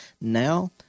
now